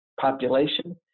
population